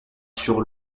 sur